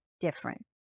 different